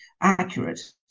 accurate